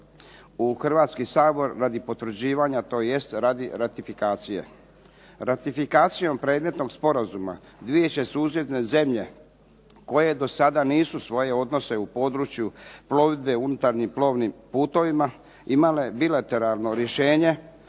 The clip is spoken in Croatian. u Hrvatski sabor radi potvrđivanja tj. radi ratifikacije. Ratifikacijom predmetnog sporazuma dvije će susjedne zemlje koje dosada nisu svoje odnose u području plovidbe unutarnjim plovnim putovima imale bilateralno rješenje